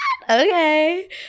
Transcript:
okay